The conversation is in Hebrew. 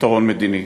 פתרון מדיני,